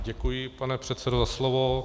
Děkuji, pane předsedo, za slovo.